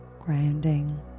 grounding